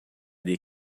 the